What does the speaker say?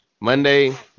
Monday